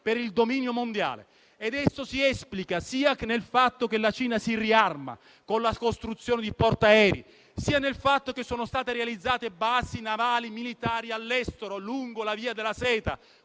per il dominio mondiale. Ciò si esplica sia nel fatto che la Cina si riarma con la costruzione di portaerei, sia nel fatto che sono state realizzate basi navali militari all'estero lungo la via della seta